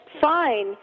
fine